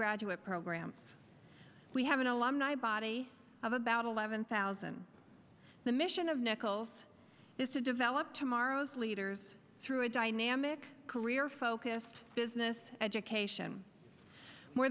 graduate program we have an alumni body of about eleven thousand the mission of nichols is to develop tomorrow's leaders through a dynamic career focused business education more